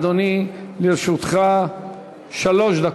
אדוני, לרשותך שלוש דקות.